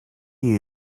you